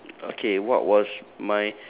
okay what was mine